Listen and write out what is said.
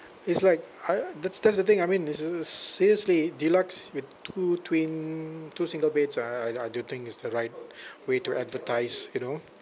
it's like I that's that's the thing I mean this is seriously deluxe with two twin two single beds ah I I don't think is the right way to advertise you know